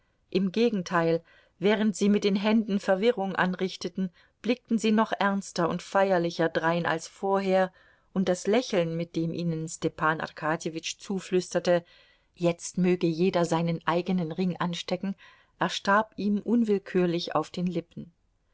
im gegenteil während sie mit den händen verwirrung anrichteten blickten sie noch ernster und feierlicher drein als vorher und das lächeln mit dem ihnen stepan arkadjewitsch zuflüsterte jetzt möge jeder seinen eigenen ring anstecken erstarb ihm unwillkürlich auf den lippen